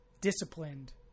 disciplined